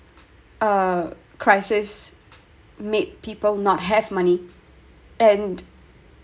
uh crisis made people not have money and